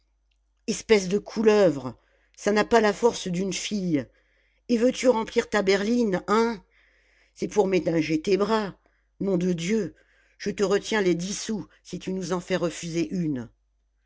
espèce de couleuvre ça n'a pas la force d'une fille et veux-tu remplir ta berline hein c'est pour ménager tes bras nom de dieu je te retiens les dix sous si tu nous en fais refuser une